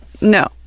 No